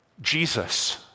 Jesus